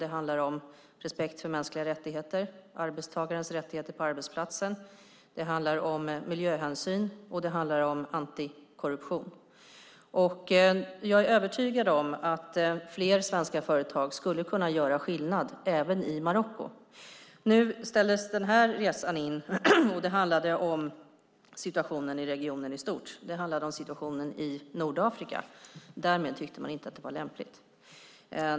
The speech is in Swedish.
Det handlar om respekt för mänskliga rättigheter, om arbetstagarens rättigheter på arbetsplatsen, om miljöhänsyn och om antikorruption. Jag är övertygad om att fler svenska företag skulle kunna göra skillnad även i Marocko. Nu ställdes denna resa in. Det handlade om situationen i regionen i stort. Det handlade om situationen i Nordafrika. Därmed tyckte man inte att det var lämpligt.